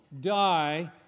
die